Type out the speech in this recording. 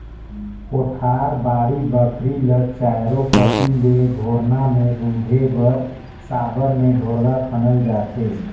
कोठार, बाड़ी बखरी ल चाएरो कती ले घोरना मे रूधे बर साबर मे ढोड़गा खनल जाथे